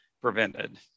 prevented